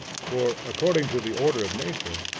for, according to the order of nature,